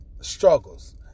struggles